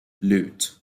loot